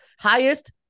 Highest